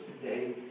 today